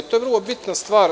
To je vrlo bitna stvar.